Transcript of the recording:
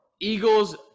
Eagles